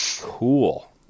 cool